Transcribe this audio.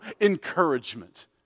encouragement